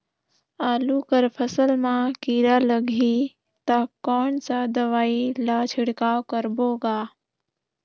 आलू कर फसल मा कीरा लगही ता कौन सा दवाई ला छिड़काव करबो गा?